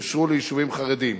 אושרו ליישובים חרדיים,